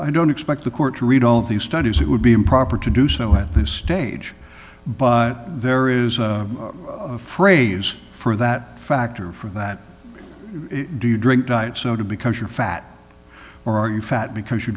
i don't expect the court to read all of these studies it would be improper to do so at this stage but there is a phrase for that factor for that do you drink diet soda because you're fat or are you fat because you